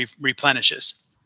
replenishes